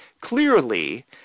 clearly